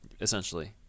essentially